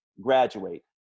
graduate